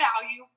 value